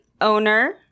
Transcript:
owner